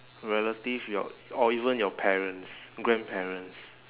relative your or even your parents grandparents